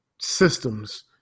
systems